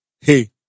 hey